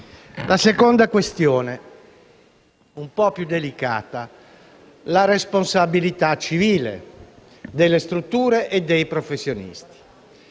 La seconda questione è un po' più delicata e riguarda la responsabilità civile delle strutture e dei professionisti.